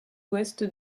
ouest